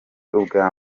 ubwa